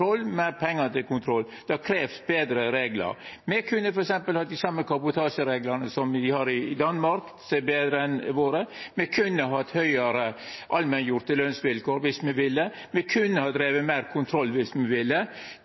kontroll. Det krev betre reglar. Me kunne f.eks. hatt dei same kabotasjereglane som dei har i Danmark – dei er betre enn våre. Me kunne hatt høgre allmenngjorde lønsvilkår, om me ville det. Me kunne ha drive med meir kontroll, om me ville